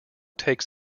takes